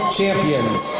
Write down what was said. Champions